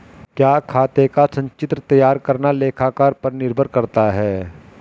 क्या खाते का संचित्र तैयार करना लेखाकार पर निर्भर करता है?